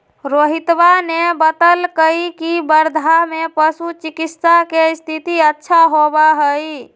रोहितवा ने बतल कई की वर्धा में पशु चिकित्सा के स्थिति अच्छा होबा हई